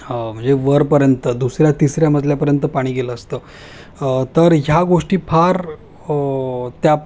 म्हणजे वरपर्यंत दुसऱ्या तिसऱ्या मजल्यापर्यंत पाणी गेलं असतं तर ह्या गोष्टी फार त्या